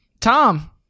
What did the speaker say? Tom